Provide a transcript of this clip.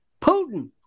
Putin